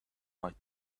might